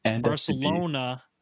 Barcelona